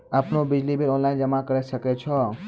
आपनौ बिजली bill online जमा करै सकै छौ?